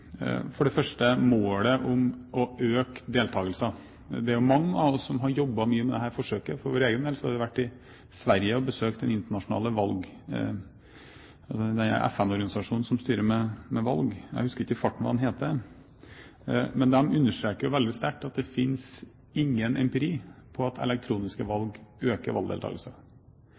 for det første: målet om å øke deltakelsen. Det er mange av oss som har jobbet mye med dette forsøket. For vår del har vi vært i Sverige og besøkt en FN-organisasjon som styrer med valg – jeg husker ikke i farten hva den heter. De understreker veldig sterkt at det finnes ingen empiri på at elektroniske valg øker